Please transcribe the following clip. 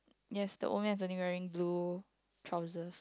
yes the women is only wearing blue trousers